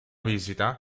visita